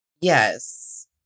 yes